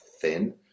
thin